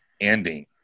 ending